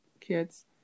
kids